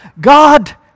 God